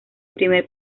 primer